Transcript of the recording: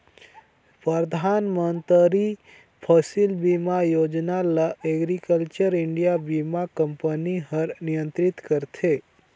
परधानमंतरी फसिल बीमा योजना ल एग्रीकल्चर इंडिया बीमा कंपनी हर नियंत्रित करथे